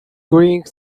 grilling